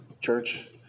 church